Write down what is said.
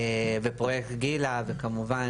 פרויקט גילה וכמובן,